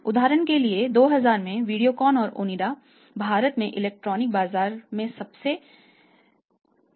उदाहरण के लिए 2000 में वीडियोकॉन और ओनिडा भारत में इलेक्ट्रॉनिक्स बाजार में सभी सेगमेंट के नेता थे